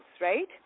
right